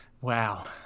wow